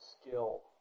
skill